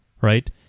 right